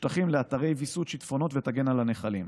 שטחים לאתרי ויסות שיטפונות ותגן על הנחלים.